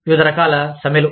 వివిధ రకాల సమ్మెలు